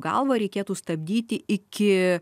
galvą reikėtų stabdyti iki